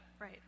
Right